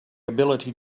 ability